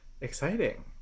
exciting